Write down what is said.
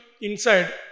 inside